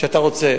למי שאתה רוצה.